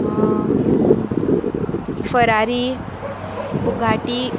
Ferrari Bugatti